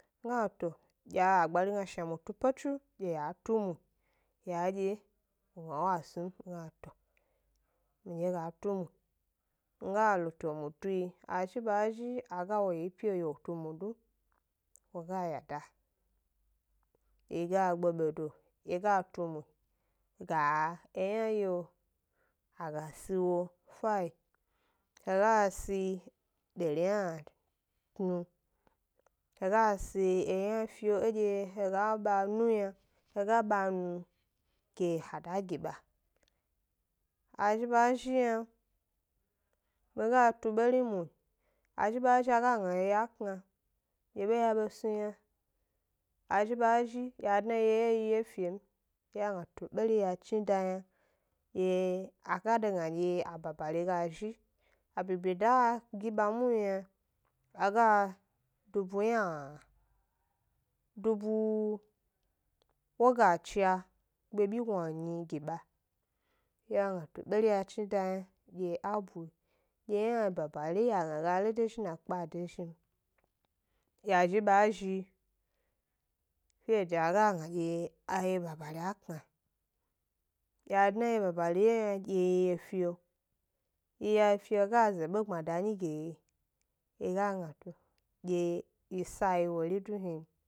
Nga gna to dye a gbari gna shna mutu pe tsu, dye ya tumu ya dye, wo ga gna wa snu m, mi ga gna to midye ga tumu, nga lo to mutu yi, a zhi ba zhi a ga wo yi pyi lo dye wo tumu du, wo ga yada, yi ga gbe bedo yi ga tumu ga eyna yio, a ga si wo, fayil, he ga si, dari yna tnu, he ga si eyna fio edye he ga ba nu yna, he ga ba nu, ke ha da gi ba. A zhi ba zhi yna, mi ga tu beri mu, a zhi ba zhi a ga gna eye a kna, dye be ya be snu yna, a zhi ba zhi ya dna yi 'ye wye yna yi ye e fio m, yi ga gna to beri ya be chni da yna, a ga ka gna dye babari ga zhi, abyebyeda a gi hna muhni a ga dubu yna, dubu wogacha kpebyignuanyi gi ba, yi ga gna to beri ya chni da yna dye a bu, yna babari yi a gna ga lo dezhi na, kpe a de zhi m, ya zhi ba zhi, fede a ga gna dye aye babari a kna, ya dna babari wye yna ya dna ywe yna dye yi ye fio, yi ye a fio yna ga ze ebe gbmada be gi yi, yi ga gna to dye yi sa yi wori du hni n.